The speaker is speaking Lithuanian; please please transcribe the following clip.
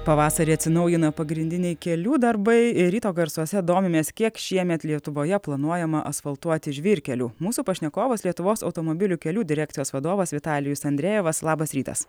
pavasarį atsinaujina pagrindiniai kelių darbai ir ryto garsuose domimės kiek šiemet lietuvoje planuojama asfaltuoti žvyrkelių mūsų pašnekovas lietuvos automobilių kelių direkcijos vadovas vitalijus andrejevas labas rytas